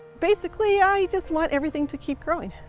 basically, i just want everything to keep growing.